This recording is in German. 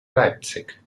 leipzig